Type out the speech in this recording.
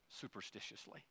superstitiously